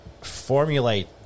formulate